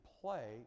play